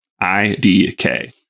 I-D-K